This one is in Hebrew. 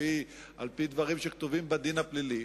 על-פי דברים שכתובים בדין הפלילי,